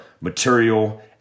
material